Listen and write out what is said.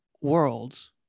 Worlds